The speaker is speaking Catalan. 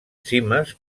cimes